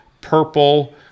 purple